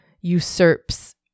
usurps